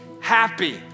happy